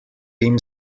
him